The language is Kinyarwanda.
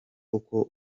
uko